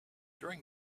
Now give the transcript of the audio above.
during